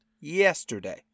yesterday